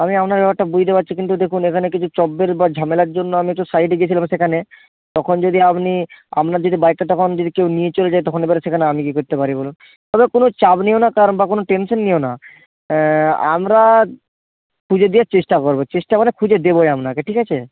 আমি আপনার ব্যাপারটা বুঝতে পারছি কিন্তু দেখুন এখানে কিছু চব্যের বা ঝামেলার জন্য আমি একটু সাইডে গেছিলাম সেখানে তখন যদি আপনি আপনার যদি বাইকটা তখন যদি কেউ নিয়ে চলে যায় তখন এবার সেখানে আমি কী করতে পারি বলুন তবে কোনও চাপ নিও না কারণ বা কোনও টেনশন নিও না আমরা খুঁজে দেওয়ার চেষ্টা করব চেষ্টা করে খুঁজে দেবই আপনাকে ঠিক আছে